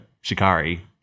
Shikari